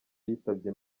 yitabye